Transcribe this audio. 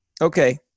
Okay